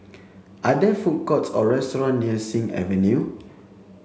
are there food courts or restaurant near Sing Avenue